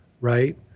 right